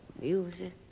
music